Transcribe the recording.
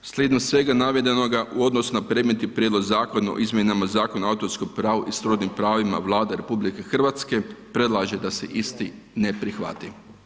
Slijedom svega navedenoga u odnosu na predmetni Prijedlog zakona o izmjenama Zakona o autorskom pravu i srodnim pravima, Vlada RH predlaže da se isti ne prihvati.